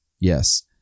Yes